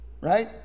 Right